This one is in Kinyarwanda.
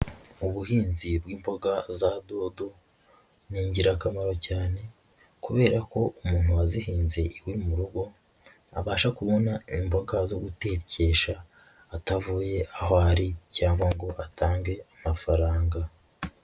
Ubuhinzi bw'imboga za bodo ni ingirakamaro cyane kubera ko umuntu wazihinze iwe mu rugo, abasha kubona imboga zo gutekesha atavuye aho ari cyangwa ngo atange amafaranga.